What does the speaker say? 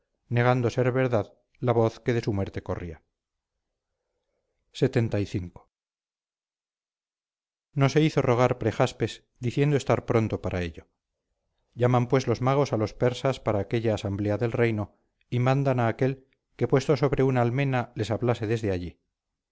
negando ser verdad la voz quede su muerte corría cxxv no se hizo rogar prejaspes diciendo estar pronto para ello llaman pues los magos a los persas para aquella asamblea del reino y mandan a aquél que puesto sobre una almena les hable desde allí